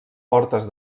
portes